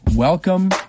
Welcome